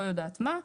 לא יודעת מה.